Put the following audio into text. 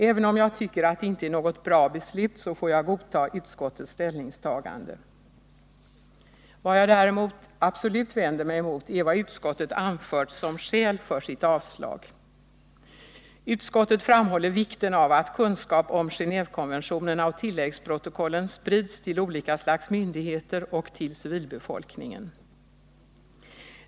Även om jag tycker att det inte är något bra beslut, får jag godta utskottets ställningstagande. Vad jag däremot absolut vänder mig emot är vad utskottet anfört som skäl för sitt avslag. Utskottet framhåller vikten av att kunskap om Genévekonventionerna och tilläggsprotokollen sprids till olika slags myndigheter och till civilbefolkningen.